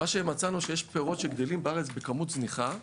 מצאנו שיש פירות שגדלים בארץ בכמות זניחה,